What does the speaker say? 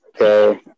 Okay